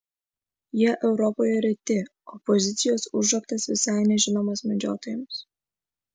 jie europoje reti o pozicijos užraktas visai nežinomas medžiotojams